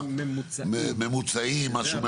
ממוצעים משהו,